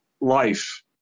life